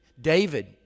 David